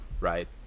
right